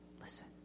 listen